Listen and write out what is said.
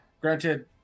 Granted